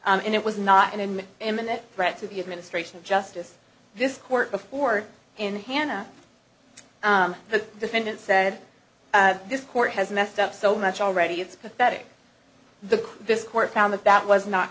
and it was not in imminent threat to the administration of justice this court before in hannah the defendant said this court has messed up so much already it's pathetic the this court found that that was not